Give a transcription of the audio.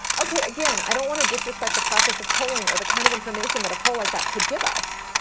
ok again, i don't want to disrespect the process of polling or the kind of information that a poll like that could give us.